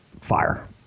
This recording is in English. Fire